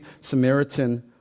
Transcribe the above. Samaritan